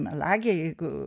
melagė jeigu